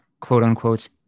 quote-unquote